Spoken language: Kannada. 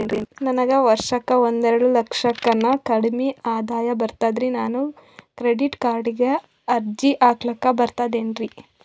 ನನಗ ವರ್ಷಕ್ಕ ಒಂದೆರಡು ಲಕ್ಷಕ್ಕನ ಕಡಿಮಿ ಆದಾಯ ಬರ್ತದ್ರಿ ನಾನು ಕ್ರೆಡಿಟ್ ಕಾರ್ಡೀಗ ಅರ್ಜಿ ಹಾಕ್ಲಕ ಬರ್ತದೇನ್ರಿ?